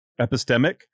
epistemic